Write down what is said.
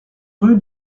rue